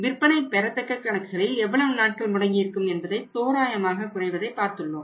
விற்பனை பெறத்தக்க கணக்குகளில் எவ்வளவு நாட்கள் முடங்கி இருக்கும் என்பதையும் அது தோராயமாக குறைவதையும் பார்த்துள்ளோம்